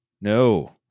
no